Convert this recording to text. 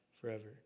forever